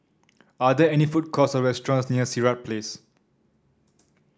are there any food courts or restaurants near Sirat Place